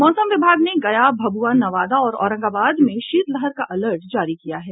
मौसम विभाग ने गया भभुआ नवादा और औरंगाबाद में शीतलहर का अलर्ट जारी किया है